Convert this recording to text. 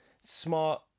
smart